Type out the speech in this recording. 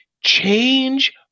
Change